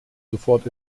sofort